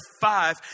five